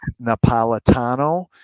Napolitano